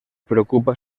preocupa